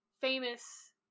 famous